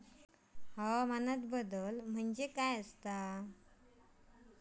हवामान बदल म्हणजे काय आसा?